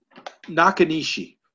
Nakanishi